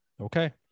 Okay